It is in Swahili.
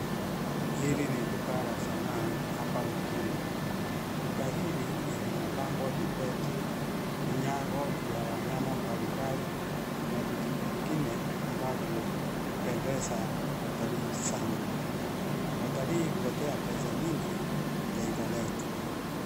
Hili ni duka la sanaa, hapa mjini. Duka hili limepangwa vibeti, vinyago vya wanyama mbalimbali, na vitu vingine, ambavyo hupendeza watalii sana. Watalii huletea pesa nyingi, taifa letu.